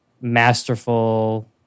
masterful